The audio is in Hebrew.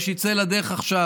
ושיצא לדרך עכשיו.